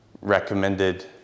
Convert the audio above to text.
recommended